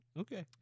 Okay